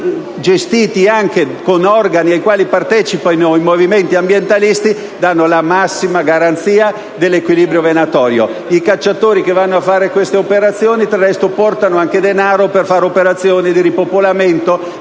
gestiti anche con organi ai quali partecipano movimenti ambientalisti, danno pertanto la massima garanzia dell'equilibrio venatorio. I cacciatori che vanno a fare queste operazioni, del resto, portano anche denaro, da utilizzare per operazioni di ripopolamento